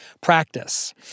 practice